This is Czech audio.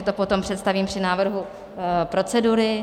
To potom představím při návrhu procedury.